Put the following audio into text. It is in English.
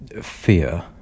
fear